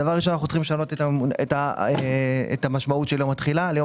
אנחנו צריכים לשנות את המשמעות של יום התחילה ליום